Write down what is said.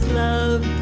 love